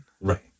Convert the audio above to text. Right